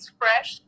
fresh